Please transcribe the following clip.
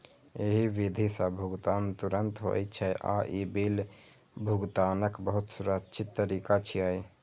एहि विधि सं भुगतान तुरंत होइ छै आ ई बिल भुगतानक बहुत सुरक्षित तरीका छियै